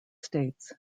states